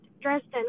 Dresden